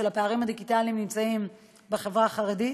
הפערים הדיגיטליים נמצאים בחברה החרדית.